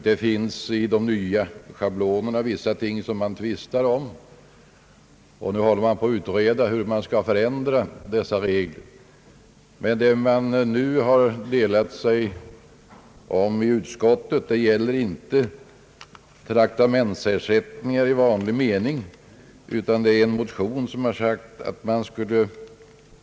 Det finns dock i de nya schablonerna vissa ting som man tvistar om. En utredning pågår om hur reglerna skall förändras. Det är inte traktamentsersättningar i vanlig mening som det har rått delade meningar om i utskottet.